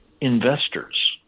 investors